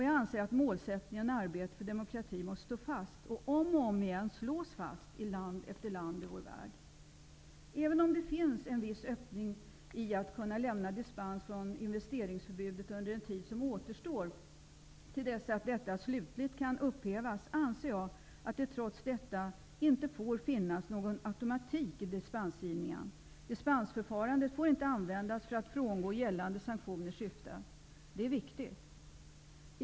Jag anser att målsättningen arbete för demokrati måste stå fast och om och om igen slås fast i land efter land i vår värld. Även om det finns en viss öppning i att kunna lämna dispens från investeringsförbudet under den tid som återstår till dess att detta slutligt kan upphävas, anser jag att det trots detta inte får finnas någon automatik i dispensgivningen. Dispensförfarandet får inte användas för att frångå gällande sanktioners syfte. Det är viktigt.